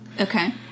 Okay